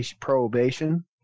Probation